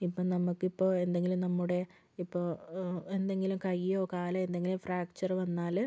ഇപ്പോൾ നമുക്ക് ഇപ്പോൾ എന്തെങ്കിലും നമ്മുടെ ഇപ്പോൾ എന്തെങ്കിലും കയ്യോ കാലോ എന്തെങ്കിലും ഫ്രാക്ചർ വന്നാല്